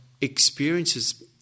experiences